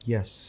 Yes